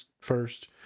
first